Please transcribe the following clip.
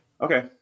okay